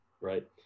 right